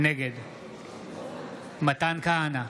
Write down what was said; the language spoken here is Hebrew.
נגד מתן כהנא,